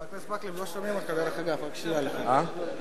אנחנו נעבור לסעיף 16 בסדר-היום: הצעת חוק מס